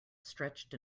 stretched